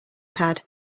pad